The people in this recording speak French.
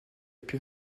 plus